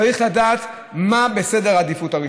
צריך לדעת מה ראשון בסדר העדיפויות.